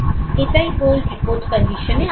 এটাই হোল রিপোর্ট কন্ডিশনে আসবে